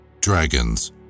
Dragons